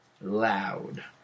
loud